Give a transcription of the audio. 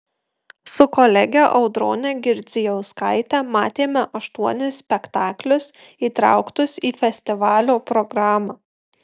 su kolege audrone girdzijauskaite matėme aštuonis spektaklius įtrauktus į festivalio programą